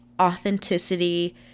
authenticity